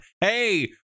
Hey